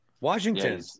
Washington